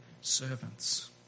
servants